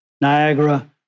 Niagara